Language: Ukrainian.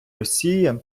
росії